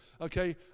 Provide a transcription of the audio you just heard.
okay